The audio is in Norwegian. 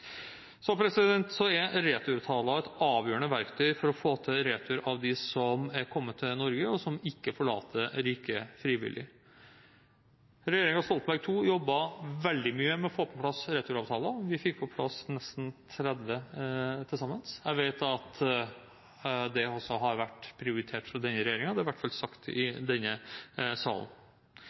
Så er returavtaler et avgjørende verktøy for å få til retur av dem som har kommet til Norge, og som ikke forlater riket frivillig. Regjeringen Stoltenberg II jobbet veldig mye med å få på plass returavtaler, og vi fikk på plass nesten 30 til sammen. Jeg vet at det har vært prioritert også fra denne regjeringen. Det er i hvert fall sagt i denne salen.